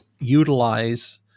utilize